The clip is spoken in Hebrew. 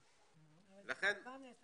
עוד פעם, אדוני,